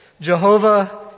Jehovah